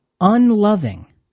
unloving